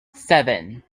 seven